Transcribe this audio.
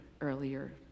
earlier